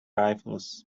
rifles